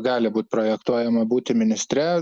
gali būt projektuojama būti ministre